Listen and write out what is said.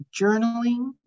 journaling